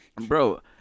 Bro